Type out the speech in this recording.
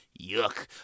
Yuck